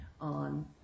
on